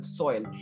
soil